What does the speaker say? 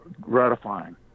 gratifying